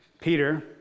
Peter